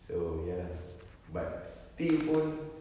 so ya lah but still pun